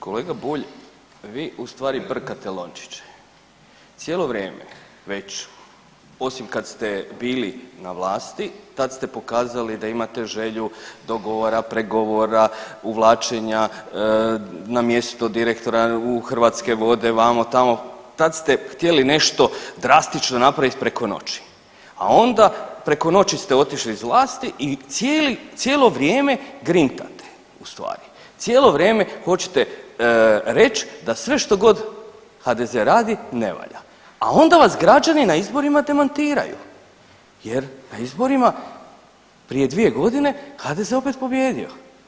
Kolega Bulj, vi u stvari brkate lončiće, cijelo vrijeme već osim kad ste bili na vlasti tad ste pokazali da imate želju dogovora, pregovora, uvlačenja na mjesto direktora u Hrvatske vode, vamo, tamo, tad ste htjeli nešto drastično napravit preko noći, a onda preko noći ste otišli iz vlasti i cijeli, cijelo vrijeme grintate u stvari, cijelo vrijeme hoćete reć da sve što god HDZ radi ne valja, a onda vas građani na izborima demantiraju jer na izborima prije 2.g. HDZ je opet pobijedio.